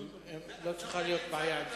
לא צריכה להיות בעיה עם זה.